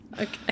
Okay